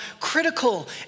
critical